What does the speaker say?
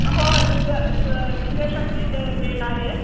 हो दिव्य दिव्य दिव्यशक्ती तेल आहे